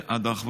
והדבר האחרון,